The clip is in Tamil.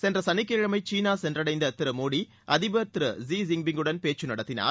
சென்ற சனிக்கிழமை சீனா சென்றடைந்த திரு மோடி அதிபர் ஜி ஜின் பிங்குடன் பேச்சு நடத்தினார்